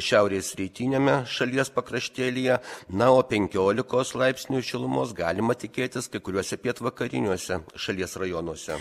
šiaurės rytiniame šalies pakraštėlyje na o penkiolikos laipsnių šilumos galima tikėtis kai kuriuose pietvakariniuose šalies rajonuose